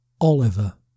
Oliver